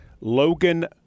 Logan